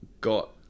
got